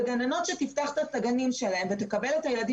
גננות שתפתחנה את הגנים שלהן ותקבלנה את ילדי